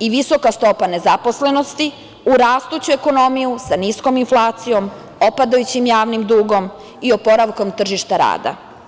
i visoka stopa nezaposlenosti, u rastuću ekonomiju, sa niskom inflacijom, opadajućim javnim dugom i oporavkom tržišta rada.